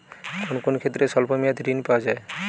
কোন কোন ক্ষেত্রে স্বল্প মেয়াদি ঋণ পাওয়া যায়?